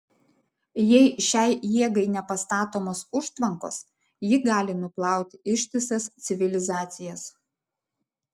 jei šiai jėgai nepastatomos užtvankos ji gali nuplauti ištisas civilizacijas